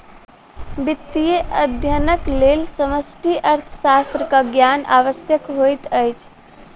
वित्तीय अध्ययनक लेल समष्टि अर्थशास्त्रक ज्ञान आवश्यक होइत अछि